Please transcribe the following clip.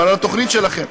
אבל על התוכנית שלכם.